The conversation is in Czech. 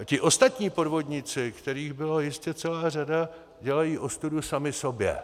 Ti ostatní podvodníci, kterých byla jistě celá řada, dělají ostudu sami sobě.